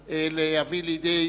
כדירקטור),